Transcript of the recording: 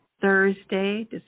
Thursday